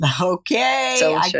Okay